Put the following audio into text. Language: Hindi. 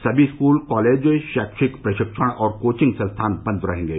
सभी स्कूल कॉलेज शैक्षिक प्रशिक्षण और कोचिंग संस्थान बन्द रहेंगे